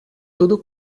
tudo